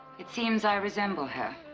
it seems i resemble her